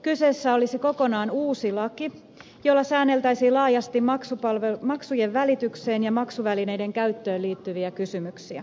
kyseessä olisi kokonaan uusi laki jolla säänneltäisiin laajasti maksujen välitykseen ja maksuvälineiden käyttöön liittyviä kysymyksiä